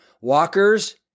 Walkers